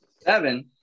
Seven